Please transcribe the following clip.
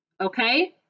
Okay